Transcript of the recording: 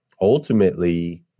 ultimately